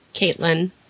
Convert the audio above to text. Caitlin